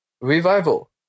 Revival